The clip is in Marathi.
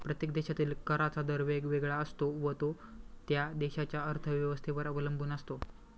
प्रत्येक देशातील कराचा दर वेगवेगळा असतो व तो त्या देशाच्या अर्थव्यवस्थेवर अवलंबून असतो